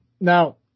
Now